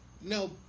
No